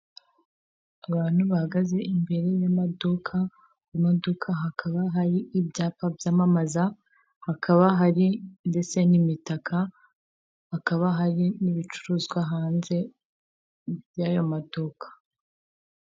Abantu bahagaze imbere y'amaduka mu modoka, hakaba har' ibyapa byamamaza hakaba hari ndetse n'imitaka, hakaba hari n'ibicuruzwa hanze y'ayo maduka.